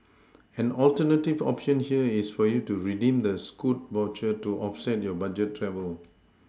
an alternative option here is for you to redeem the Scoot voucher to offset your budget travel